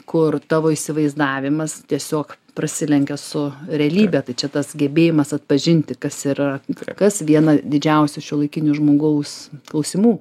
kur tavo įsivaizdavimas tiesiog prasilenkia su realybe tai čia tas gebėjimas atpažinti kas yra kas viena didžiausių šiuolaikinio žmogaus klausimų